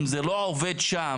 אם זה לא עובד שם,